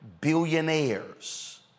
billionaires